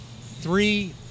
three